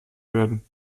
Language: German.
werden